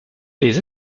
les